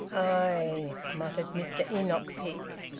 aye! muttered mr enoch peake.